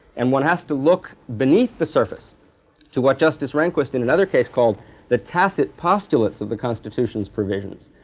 and one has to look beneath the surface to what justice rehnquist in another case called the tacit postulates of the constitution's provisions,